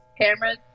cameras